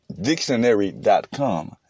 dictionary.com